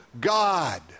God